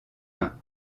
mains